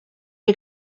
you